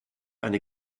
eine